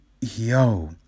yo